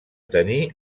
tenir